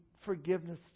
forgiveness